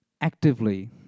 actively